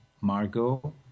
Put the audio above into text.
Margot